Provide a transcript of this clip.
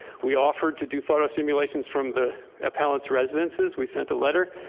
we offered to do photo simulations from the appellant residences. we sent a letter.